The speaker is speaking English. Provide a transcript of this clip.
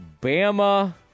Bama